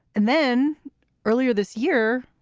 and then earlier this year,